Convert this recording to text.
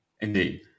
Indeed